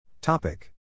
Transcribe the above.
Topic